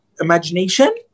imagination